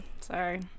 Sorry